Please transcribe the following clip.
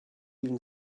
even